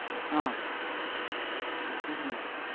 ꯑ ꯎꯝ ꯎꯝ